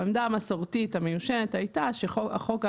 העמדה המסורתית המיושנת הייתה שהחוק על